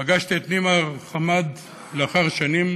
פגשתי את נימר חמאד לאחר שנים